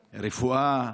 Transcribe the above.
רפואה.